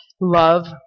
love